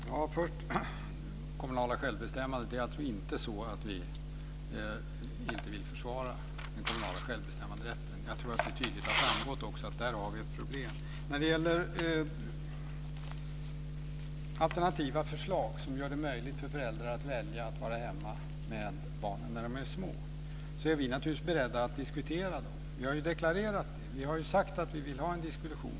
Fru talman! Först till frågan om det kommunala självbestämmandet. Det är inte så att vi inte vill försvara den kommunala självbestämmanderätten. Det har tydligt framgått att vi där har ett problem. Vi är naturligtvis beredda att diskutera alternativa förslag som gör det möjligt för föräldrar att vara hemma med barnen när de är små. Vi har deklarerat det. Vi har sagt att vi vill ha en diskussion.